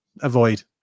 avoid